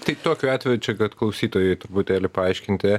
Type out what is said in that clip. tai tokiu atveju čia kad klausytojui truputėlį paaiškinti